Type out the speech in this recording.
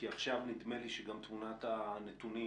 כי עכשיו נדמה לי שתמונת הנתונים